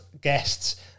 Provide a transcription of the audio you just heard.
guests